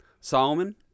Solomon